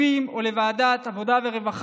של ועדת הכספים או ועדת העבודה והרווחה,